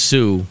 Sue